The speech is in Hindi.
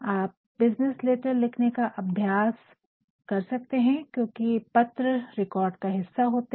आप बिज़नेस लेटर को लिखने का अभ्यास कर सकते है क्योकि पत्र रिकॉर्ड का एक हिस्सा होते है